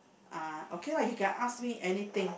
uh okay lah you can ask me anything